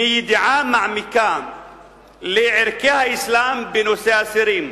מידיעה מעמיקה של ערכי האסלאם בנושא אסירים,